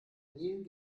nil